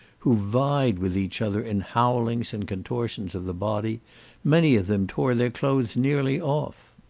who vied with each other in howlings and contortions of the body many of them tore their clothes nearly off.